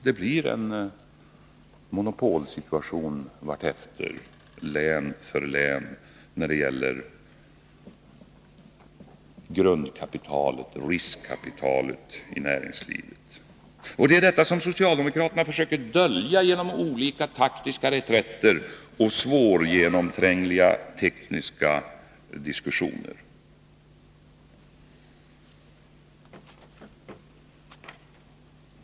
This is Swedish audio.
Det blir en monopolsituation i län för län när det gäller grundkapitalet, riskkapitalet i näringslivet. Och det är detta som socialdemokraterna försöker dölja genom olika taktiska reträtter och svårgenomträngliga tekniska diskussioner.